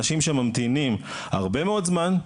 אנשים שממתינים הרבה מאוד זמן,